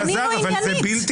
אלעזר, אבל זה בלתי